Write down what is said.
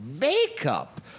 makeup